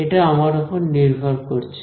এটা আমার ওপর নির্ভর করছে